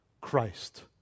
Christ